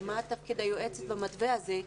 מה תפקיד היועצת במתווה הזה?